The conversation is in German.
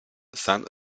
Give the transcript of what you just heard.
san